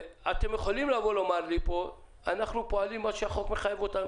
אבל אתם יכולים לומר שאתם פועלים לפי מה שהחוק מחייב אותנו.